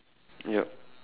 yup